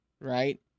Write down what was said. right